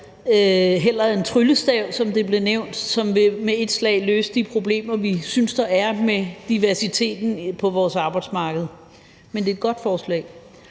eller en tryllestav, som det blev sagt, som med et slag vil løse de problemer, vi synes der er med diversiteten på vores arbejdsmarked, men det er et godt forslag.